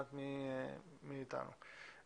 מועצת האופטומטריסטים בישראל.